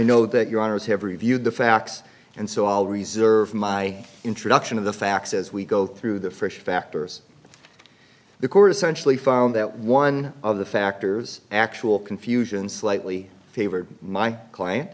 know that your owners have reviewed the facts and so i'll reserve my introduction of the facts as we go through the first factors the court essentially found that one of the factors actual confusion slightly favored my client